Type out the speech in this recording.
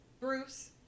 Bruce